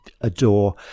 adore